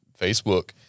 Facebook